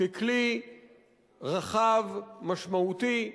ככלי רחב, משמעותי.